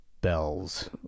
bells